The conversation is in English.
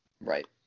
Right